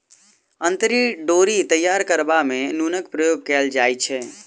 अंतरी डोरी तैयार करबा मे नूनक प्रयोग कयल जाइत छै